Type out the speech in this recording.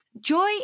Joy